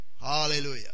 Hallelujah